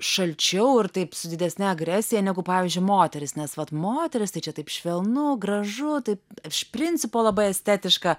šalčiau ir taip su didesne agresija negu pavyzdžiui moteris nes vat moterys tai čia taip švelnu gražu taip iš principo labai estetiška